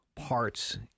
parts